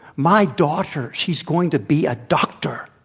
my daughter, she's going to be a doctor.